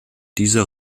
dieser